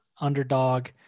underdog